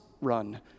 run